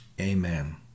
amen